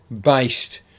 based